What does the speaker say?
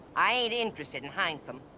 i ain't interested in handsome.